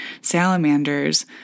Salamanders